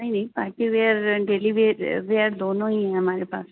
نہیں نہیں party wear daily wear wear دونوں ہی ہیں ہمارے پاس